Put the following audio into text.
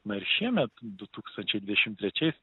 na ir šiemet du tūkstančiai dvidešimt trečiais